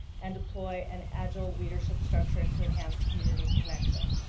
and deploy an agile leadership structure to enhance community connection.